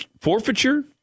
forfeiture